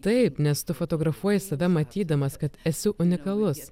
taip nes tu fotografuoji save matydamas kad esi unikalus